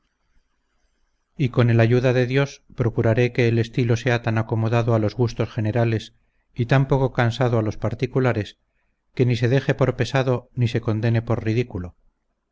y con el ayuda de dios procuraré que el estilo sea tan acomodado a los gustos generales y tan poco cansado a los particulares que ni se deje por pesado ni se condene por ridículo